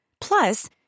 Plus